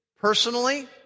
personally